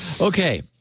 Okay